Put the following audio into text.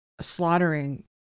slaughtering